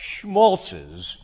schmaltzes